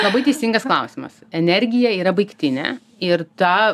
labai teisingas klausimas energija yra baigtinė ir tą